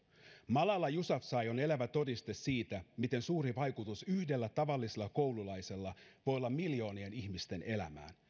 malala yousafzai on elävä todiste siitä miten suuri vaikutus yhdellä tavallisella koululaisella voi olla miljoonien ihmisten elämään